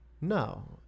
No